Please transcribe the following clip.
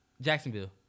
Jacksonville